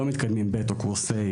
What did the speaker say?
לא מתקיימים בתור קורסים